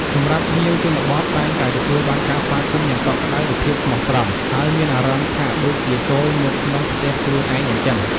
សម្រាប់ភ្ញៀវជនបទតែងតែទទួលបានការស្វាគមន៍យ៉ាងកក់ក្តៅដោយភាពស្មោះត្រង់ ហើយមានអារម្មណ៍ថាដូចជាចូលមកក្នុងផ្ទះខ្លួនឯងអញ្ចឹង។